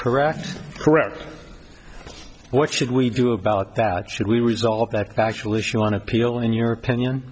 correct correct what should we do about that should we resolve that factual issue on appeal in your opinion